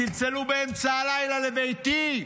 צלצלו באמצע הלילה לביתי,